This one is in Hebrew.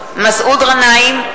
גנאים,